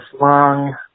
long